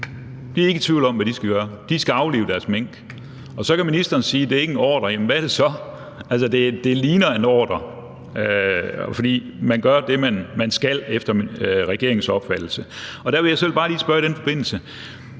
De er ikke i tvivl om, hvad de skal gøre: De skal aflive deres mink. Og så kan ministeren sige, at det ikke er en ordre, men hvad er det så? Altså, det ligner en ordre. Man gør det, man skal efter regeringens opfattelse. Der vil jeg bare lige spørge i den forbindelse: